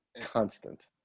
constant